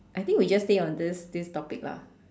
I think we just stay on this this topic lah